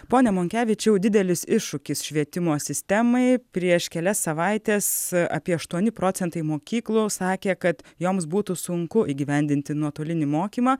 pone monkevičiau didelis iššūkis švietimo sistemai prieš kelias savaites apie aštuoni procentai mokyklų sakė kad joms būtų sunku įgyvendinti nuotolinį mokymą